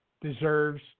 deserves